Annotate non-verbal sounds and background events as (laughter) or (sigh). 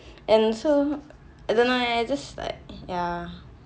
and so (breath) I don't know leh it's just like ya